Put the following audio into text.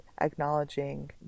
acknowledging